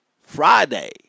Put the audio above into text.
Friday